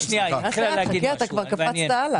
אתה קפצת הלאה.